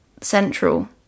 Central